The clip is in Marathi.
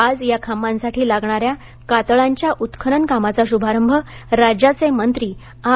आज या खांबांसाठी लागणाऱ्या कातळांच्या उत्खनन कामाचा शुभारंभ राज्याचे मंत्री आर